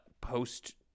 post